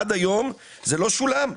עד היום זה לא שולם,